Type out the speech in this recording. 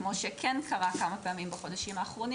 כמו שכן קרה כמה פעמים בחודשים האחרונים